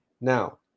Now